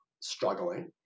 struggling